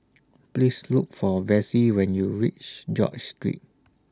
Please Look For Vassie when YOU REACH George Street